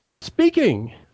speaking